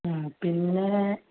ആ പിന്നെ